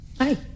Hi